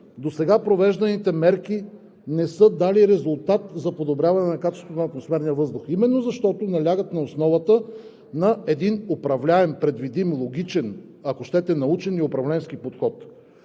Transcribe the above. досега провежданите мерки не са дали резултат за подобряване на качеството на атмосферния въздух именно защото не лягат на основата на един управляем, предвидим, логичен, ако щете научен и управленски подход.